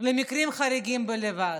למקרים חריגים בלבד.